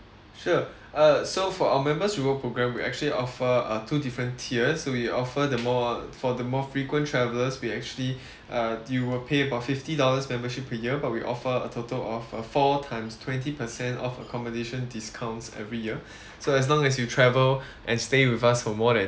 sure uh so for our members reward program we actually offer uh two different tiers we offer the more for the more frequent travellers we actually uh you will pay about fifty dollars membership per year but we offer a total of uh four times twenty percent off accommodation discounts every year so as long as you travel and stay with us for more than